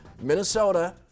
Minnesota